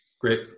Great